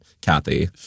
Kathy